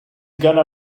gonna